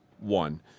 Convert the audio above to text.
one